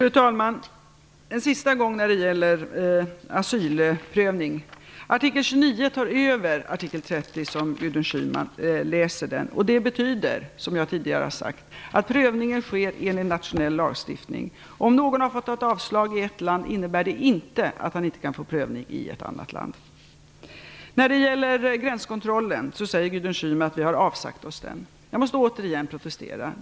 Fru talman! Sista gången om asylprövning: Artikel 29 tar över artikel 30. Det betyder, som jag tidigare har sagt, att prövningen sker enligt nationell lagstiftning. Om någon har fått ett avslag i ett land innebär det inte att man inte kan få saken prövad i ett annat land. När det gäller gränskontrollen säger Gudrun Schyman att vi avsagt oss den. Jag måste återigen protestera.